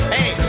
Hey